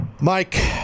Mike